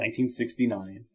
1969